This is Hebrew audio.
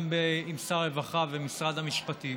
גם עם שר הרווחה ומשרד המשפטים,